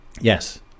Yes